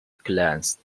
clients